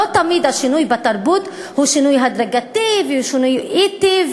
לא תמיד השינוי בתרבות הוא שינוי הדרגתי והוא שינוי אטי,